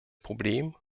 problem